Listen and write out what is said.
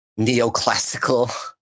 neoclassical